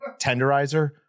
tenderizer